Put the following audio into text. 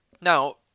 Now